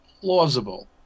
plausible